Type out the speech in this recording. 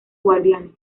guardianes